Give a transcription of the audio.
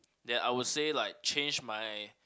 that I would say like change my